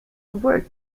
word